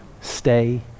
stay